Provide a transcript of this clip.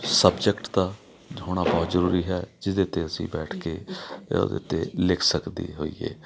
subject ਦਾ ਹੋਣਾ ਬਹੁਤ ਜ਼ਰੂਰੀ ਹੈ ਜਿਹਦੇ 'ਤੇ ਅਸੀਂ ਬੈਠ ਕੇ ਉਹਦੇ 'ਤੇ ਲਿਖ ਸਕਦੇ ਹੋਈਏ